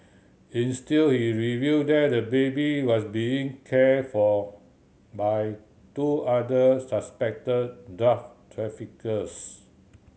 he revealed that the baby was being cared for by two other suspected traffickers